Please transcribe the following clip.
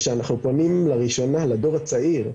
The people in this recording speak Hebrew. וכשאנחנו פונים לראשונה לדור הצעיר,